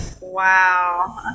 Wow